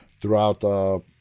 throughout